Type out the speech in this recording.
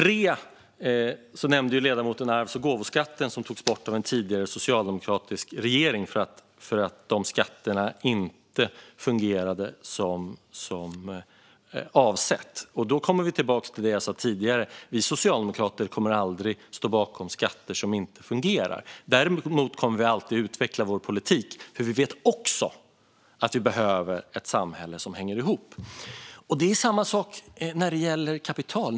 Ledamoten nämnde arvs och gåvoskatterna, som togs bort av en tidigare socialdemokratisk regering för att dessa skatter inte fungerade som avsett. Då kommer jag tillbaka till det som jag sa tidigare, nämligen att vi socialdemokrater aldrig kommer att stå bakom skatter som inte fungerar. Däremot kommer vi alltid att utveckla vår politik, för vi vet också att vi behöver ett samhälle som hänger ihop. Det är samma sak när det gäller kapital.